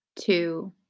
two